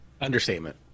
Understatement